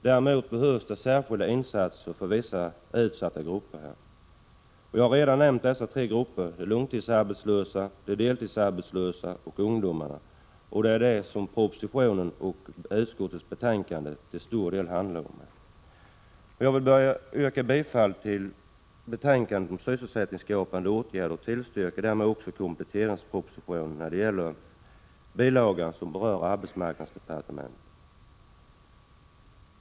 Däremot behövs särskilda insatser för vissa utsatta grupper. Jag har redan nämnt dessa tre grupper: De långtidsarbetslösa, de deltidsarbetslösa och ungdomarna. Det är dessa grupper som propositionen och utskottets betänkande till stor del handlar om. Jag vill yrka bifall till utskottets hemställan i betänkandet om sysselsättningsskapande åtgärder och tillstyrker därmed kompletteringspropositionens förslag i den bilaga som berör arbetsmarknadsdepartementet.